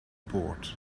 port